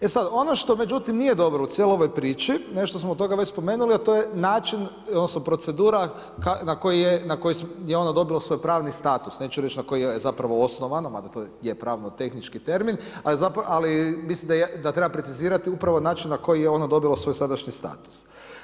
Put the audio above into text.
E sad, ono što međutim nije dobro u cijeloj ovoj priči, nešto smo od toga već spomenuli, a to je način, odnosno procedura na koji je ono dobilo svoj pravni status, neću reći na koji je zapravo osnovano, mada to je pravno-tehnički termin, ali mislim da treba precizirati upravo način na koji je ono dobilo svoj sadašnji status.